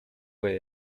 fue